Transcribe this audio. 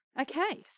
Okay